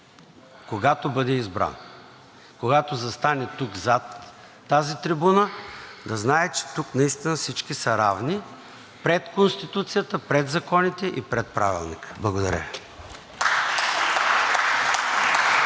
когато бъде избран. Когато застане тук, зад тази трибуна, да знае, че тук наистина всички са равни пред Конституцията, пред законите и пред Правилника. Благодаря.